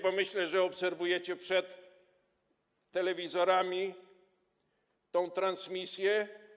Bo myślę, że obserwujecie przed telewizorami tę transmisję.